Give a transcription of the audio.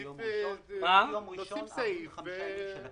מיום ראשון 45 ימים של הכנסת